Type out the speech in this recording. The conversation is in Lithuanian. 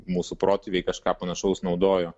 mūsų protėviai kažką panašaus naudojo